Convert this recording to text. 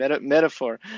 metaphor